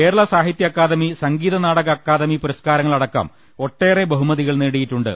കേരള സാഹിത്യ അക്കാദമി സംഗീത നാടക അക്കാദമി പുരസ്കാരങ്ങള ടക്കം ഒട്ടേറെ ബഹുമതികൾ നേടിയിട്ടുണ്ട്